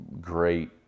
great